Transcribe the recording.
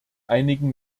einigen